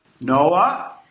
Noah